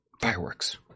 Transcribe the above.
fireworks